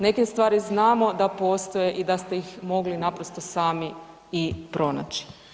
Neke stvari znamo da postoje i da ste ih mogli naprosto sami i pronaći.